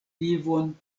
vivon